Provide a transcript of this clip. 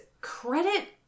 credit